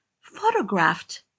photographed